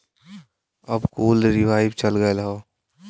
अब कुल रीवाइव चल गयल हौ